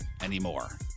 anymore